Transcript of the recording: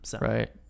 Right